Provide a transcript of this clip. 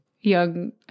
...young